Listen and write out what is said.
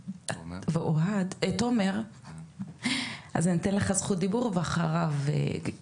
אני אתן קודם לעו"ד תומר את זכות הדיבור ואחר כך מיד נחזור אלייך.